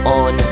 on